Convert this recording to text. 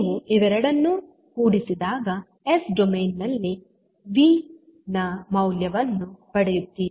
ನೀವು ಇವೆರಡನ್ನು ಕೂಡಿಸಿದಾಗ ಎಸ್ ಡೊಮೇನ್ ನಲ್ಲಿ ವಿ ನ ಮೌಲ್ಯವನ್ನು ಪಡೆಯುತ್ತೀರಿ